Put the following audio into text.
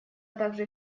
также